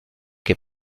que